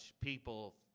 people